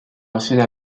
enseigne